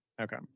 Okay